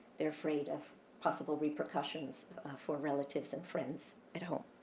they're afraid of possible repercussions for relatives and friends at home.